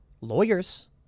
lawyers